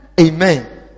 amen